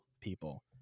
people